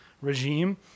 regime